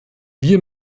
wir